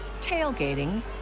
tailgating